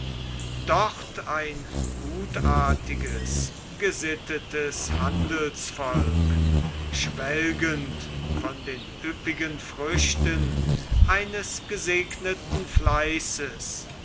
dort ein gutartiges gesittetes handelsvolk schwelgend von den üppigen früchten eines gesegneten fleißes